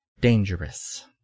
dangerous